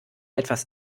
etwas